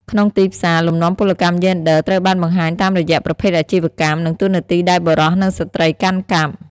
ក្នុងទីផ្សារ លំនាំពលកម្មយេនឌ័រត្រូវបានបង្ហាញតាមរយៈប្រភេទអាជីវកម្ម និងតួនាទីដែលបុរស និងស្ត្រីកាន់កាប់។